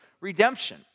redemption